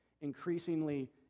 increasingly